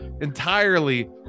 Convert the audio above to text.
entirely